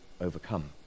overcome